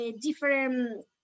different